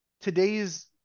today's